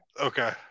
Okay